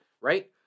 right